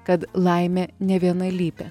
kad laimė nevienalypė